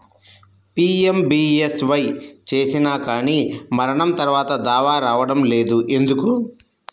PMBSY చేసినా కానీ మరణం తర్వాత దావా రావటం లేదు ఎందుకు?